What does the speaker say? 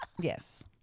Yes